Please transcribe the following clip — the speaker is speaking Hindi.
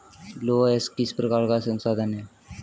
लौह अयस्क किस प्रकार का संसाधन है?